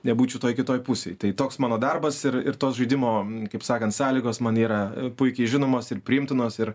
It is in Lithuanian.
nebūčiau toj kitoj pusėj tai toks mano darbas ir ir tos žaidimo kaip sakant sąlygos man yra puikiai žinomos ir priimtinos ir